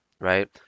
right